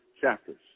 chapters